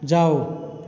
जाओ